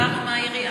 שקיבלנו מהעירייה.